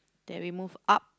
that we move up